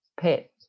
pet